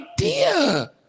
idea